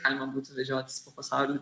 galima būtų vežiotis po pasaulį